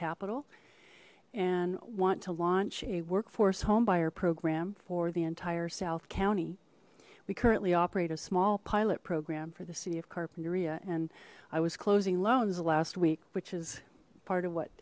capital and want to launch a workforce homebuyer program for the entire south county we currently operate a small pilot program for the city of carpinteria and i was closing loans last week which is part of what